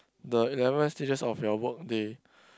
the eleven stages of your work day